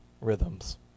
rhythms